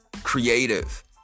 creative